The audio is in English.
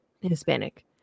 Hispanic